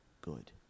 good